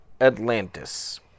Atlantis